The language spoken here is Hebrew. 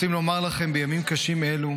רוצים לומר לכם בימים קשים אלו,